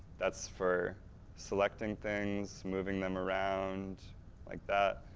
that's for selecting things, moving them around like that.